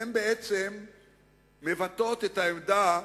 הם בעצם מבטאים את העמדה